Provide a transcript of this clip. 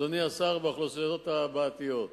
אדוני השר, באוכלוסיות הבעייתיות.